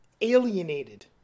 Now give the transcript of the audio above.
alienated